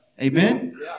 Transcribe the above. Amen